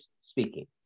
speaking